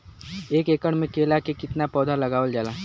एक एकड़ में केला के कितना पौधा लगावल जाला?